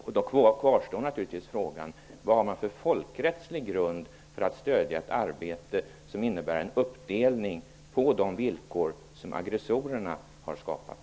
Min fråga kvarstår naturligtvis: Vad har man för folkrättslig grund för att stödja ett arbete som innebär en uppdelning på de villkor som aggressorerna har skapat?